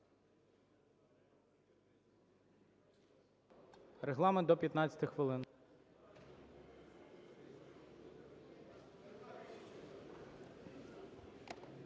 Регламент – до 15 хвилин.